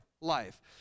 life